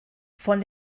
von